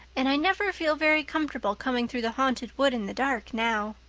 and i never feel very comfortable coming through the haunted wood in the dark now.